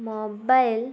mobile